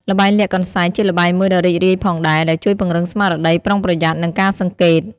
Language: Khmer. ល្បែងលាក់កន្សែងក៏ជាល្បែងមួយដ៏រីករាយផងដែរ ដែលជួយពង្រឹងស្មារតីប្រុងប្រយ័ត្ន និងការសង្កេត។